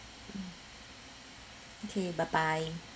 mm okay bye bye